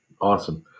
Awesome